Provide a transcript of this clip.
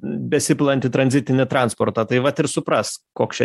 besipilantį tranzitinį transportą tai vat ir suprask koks čia